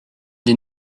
des